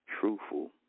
truthful